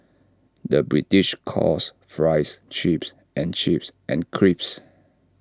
the British calls Fries Chips and chips and crisps